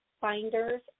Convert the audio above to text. finders